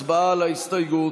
הצבעה על ההסתייגות.